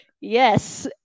yes